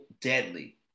deadly